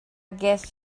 guess